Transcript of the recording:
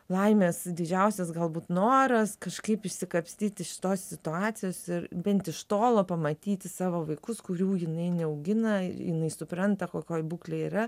laimės didžiausias galbūt noras kažkaip išsikapstyti iš tos situacijos ir bent iš tolo pamatyti savo vaikus kurių jinai neaugina ir jinai supranta kokioj būklėj yra